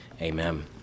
Amen